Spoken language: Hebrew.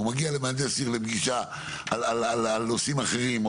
הוא מגיע למהנדס עיר לפגישה על נושאים אחרים,